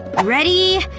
ready,